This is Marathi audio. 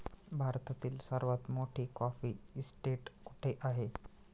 भारतातील सर्वात मोठी कॉफी इस्टेट कुठे आहे?